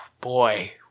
boy